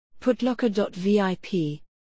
Putlocker.vip